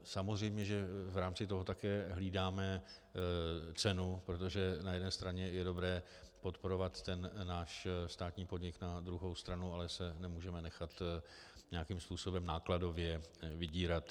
Samozřejmě že v rámci toho také hlídáme cenu, protože na jedné straně je dobré podporovat ten státní podnik, na druhou stranu se nemůžeme nechat nějakým způsobem nákladově vydírat.